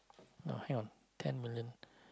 no hang on ten million